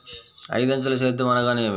ఐదంచెల సేద్యం అనగా నేమి?